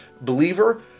believer